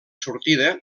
sortida